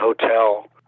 hotel